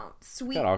sweet